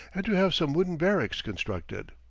and to have some wooden barracks constructed.